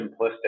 simplistic